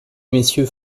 messieurs